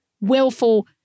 willful